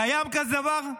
קיים כזה דבר?